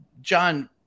John